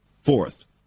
Fourth